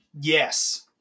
yes